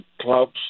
clubs